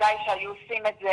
בוודאי שהיו עושים את זה.